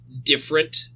different